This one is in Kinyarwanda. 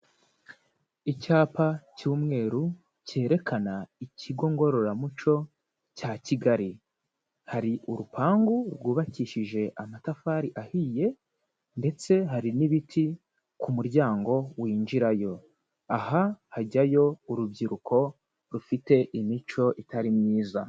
Icyapa cy'umweru cyerekana ikigo ngororamuco cya Kigali. Hari urupangu rwubakishije amatafari ahiye, ndetse hari n'ibiti ku muryango winjirayo. Aha hajyayo urubyiruko rufite imico itari myiza.